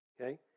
okay